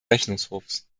rechnungshofs